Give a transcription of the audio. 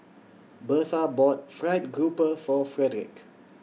Bertha bought Fried Grouper For Frederick